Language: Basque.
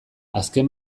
azken